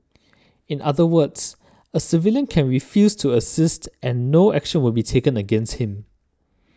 in other words a civilian can refuse to assist and no action will be taken against him